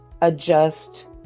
adjust